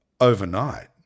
overnight